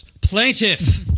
Plaintiff